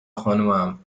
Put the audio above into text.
خانومم